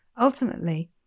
Ultimately